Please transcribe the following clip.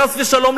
חס ושלום,